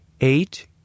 eight